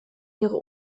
ihre